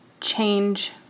change